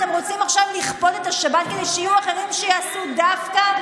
אתם רוצים עכשיו לכפות את השבת כדי שיהיו אחרים שיעשו דווקא?